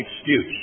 excuse